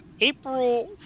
April